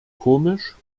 komisch